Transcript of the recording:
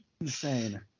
Insane